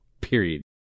Period